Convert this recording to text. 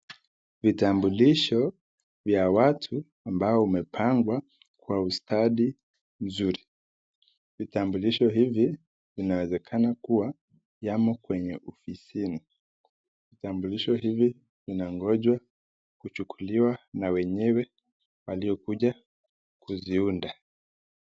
Vitambulisho vya watu ambao umepangwa kwa ustadi mzuri. Vitambulisho hivi vinawezekana kuwa yamo kwenye ofisini. Vitambulisho hivi vinangojwa kuchukuliwa na wenyewe waliokuja kuziunda.